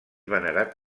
venerat